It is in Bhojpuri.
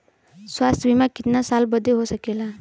स्वास्थ्य बीमा कितना साल बदे हो सकेला?